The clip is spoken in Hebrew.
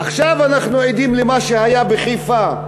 עכשיו אנחנו עדים למה שהיה בחיפה.